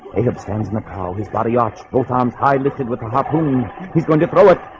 they have sam's nepal his body ox both arms. i listed with um happening. he's going to throw it